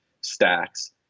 stacks